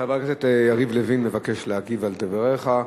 חבר הכנסת יריב לוין מבקש להגיב על דבריך.